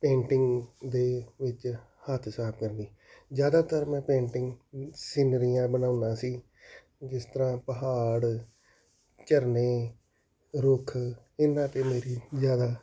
painting ਦੇ ਵਿੱਚ ਹੱਥ ਸਾਫ਼ ਕਰਕੇ ਜ਼ਿਆਦਾਤਰ ਮੈਂ ਪੇਂਟਿੰਗ ਸੀਨਰੀਆਂ ਬਣਾਉਂਦਾ ਸੀ ਜਿਸ ਤਰ੍ਹਾਂ ਪਹਾੜ ਝਰਨੇ ਰੁੱਖ ਇਹਨਾਂ 'ਤੇ ਮੇਰੀ ਜ਼ਿਆਦਾ